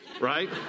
Right